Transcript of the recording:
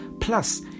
plus